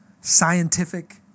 scientific